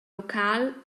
local